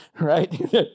right